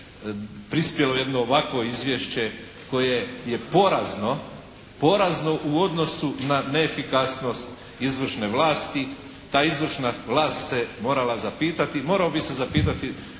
prispjelo jedno ovakvo izvješće koje je porazno, porazno u odnosu na neefikasnost izvršne vlast, ta izvršna vlast se morala zapitati, morao bi se zapitati